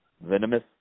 venomous